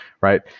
Right